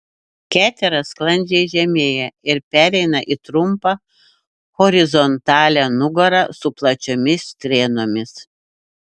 ketera sklandžiai žemėja ir pereina į trumpą horizontalią nugarą su plačiomis strėnomis